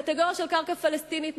הקטגוריה של קרקע פלסטינית,